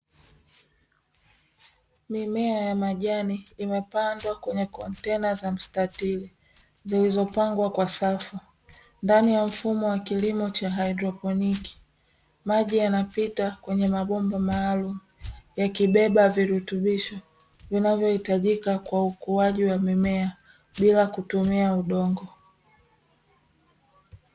Mimea ya majani imepandwa kwenye kontena za mstatiri zilizopangwa kwa safu ndani ya mfumo wa kilimo cha haidroponi. Maji yanapita kwanye mabomba maalumu yakibeba virutubisho vinavyo hitajika kwa ukuaji wa mimea bila kutumia udongo.